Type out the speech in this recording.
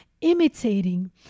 imitating